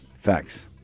facts